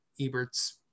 Ebert's